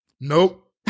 Nope